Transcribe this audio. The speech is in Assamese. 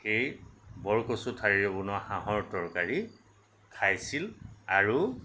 সেই বৰকচু ঠাৰিৰে বনোৱা হাঁহৰ তৰকাৰী খাইছিল আৰু